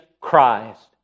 Christ